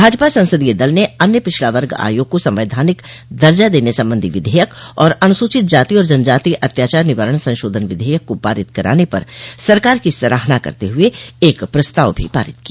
भाजपा संसदीय दल ने अन्य पिछड़ा वर्ग आयोग को संवैधानिक दर्जा देने संबंधी विधेयक और अनुसूचित जाति और जनजाति अत्याचार निवारण संशोधन विधेयक को पारित कराने पर सरकार की सराहना करते हुए एक प्रस्ताव भी पारित किया